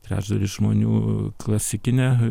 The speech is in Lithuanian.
trečdalis žmonių klasikine